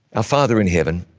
our father in heaven,